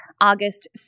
August